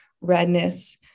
redness